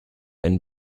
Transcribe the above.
einen